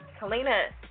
Kalina